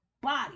body